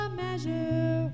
measure